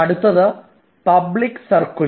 അടുത്തത് public circular